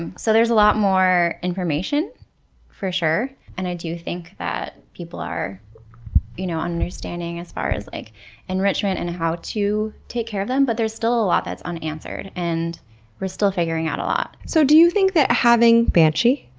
and so there's a lot more information for sure. and i do think that people are you know understanding as far as like enrichment and how to take care of them, but there's lot that is unanswered and we're still figuring out a lot. so do you think that having banshee.